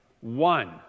one